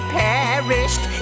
perished